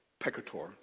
peccator